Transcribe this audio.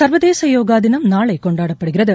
சர்வதேச யோகா தினம் நாளை கொண்டாடப்படுகிறது